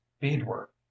beadwork